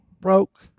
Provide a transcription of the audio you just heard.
broke